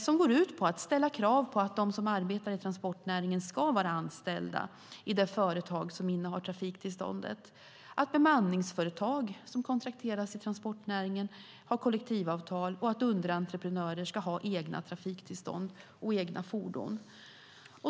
Den går ut på att ställa krav på att de som arbetar i transportnäringen ska vara anställda i det företag som innehar trafiktillståndet, att bemanningsföretag som kontrakteras i transportnäringen har kollektivavtal och att underentreprenörer ska ha egna trafiktillstånd och egna fordon.